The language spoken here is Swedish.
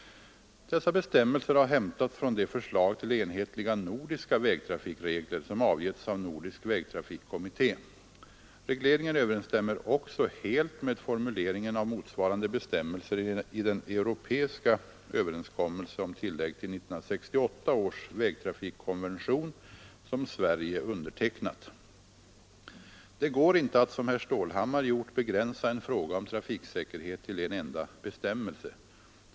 Dessa bestämmelser har hämtats från det förslag till enhetliga nordiska vägtrafikregler som avgetts av Nordisk vägtrafikkommitté. Regleringen överensstämmer också helt med formuleringen av motsvarande bestämmelser i den europeiska överenskommelse om tillägg till 1968 års vägtrafikkonvention som Sverige undertecknat. Det går inte att, som herr Stålhammar gjort, begränsa en fråga om trafiksäkerhet till en enda bestämmelse.